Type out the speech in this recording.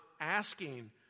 asking